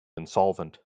insolvent